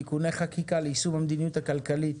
תיקוני חקיקה ליישום המדיניות הכלכלית,